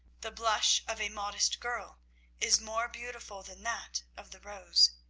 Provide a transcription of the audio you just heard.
the blush of a modest girl is more beautiful than that of the rose.